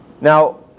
Now